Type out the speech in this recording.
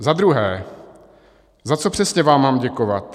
Za druhé, za co přesně vám mám děkovat?